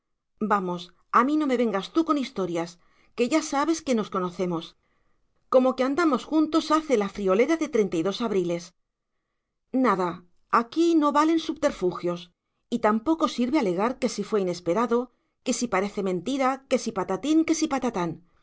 vamos a mí no me vengas tú con historias que ya sabes que nos conocemos como que andamos juntos hace la friolera de treinta y dos abriles nada aquí no valen subterfugios y tampoco sirve alegar que si fue inesperado que si parece mentira que si patatín que si patatán